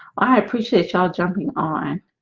i appreciate y'all jumping on